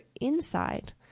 inside